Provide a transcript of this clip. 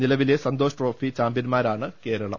നിലവിലെ സന്തോഷ് ട്രോഫി ചാമ്പ്യൻമാരാണ് കേരളം